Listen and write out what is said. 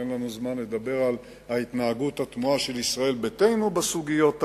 אין לנו זמן לדבר על ההתנהגות התמוהה של ישראל ביתנו בסוגיות האלה,